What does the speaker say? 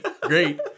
great